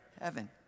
Heaven